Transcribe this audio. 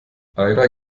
einer